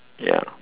ya